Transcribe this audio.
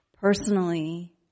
personally